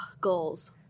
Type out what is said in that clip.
Goals